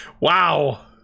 Wow